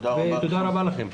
תודה רבה לכם.